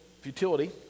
futility